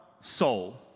soul